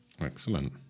Excellent